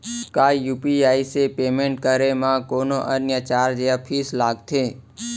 का यू.पी.आई से पेमेंट करे म कोई अन्य चार्ज या फीस लागथे?